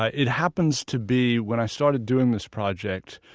ah it happens to be, when i started doing this project,